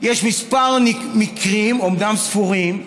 יש כמה מקרים, אומנם ספורים,